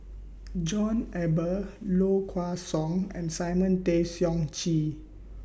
John Eber Low Kway Song and Simon Tay Seong Chee